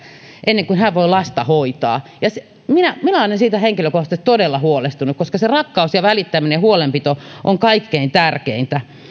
ennen kuin hän voi lasta hoitaa ja minä minä olen siitä henkilökohtaisesti todella huolestunut koska se rakkaus ja välittäminen ja huolenpito on kaikkein tärkeintä